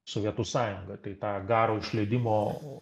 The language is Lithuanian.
sovietų sąjungą kai tą garo išleidimo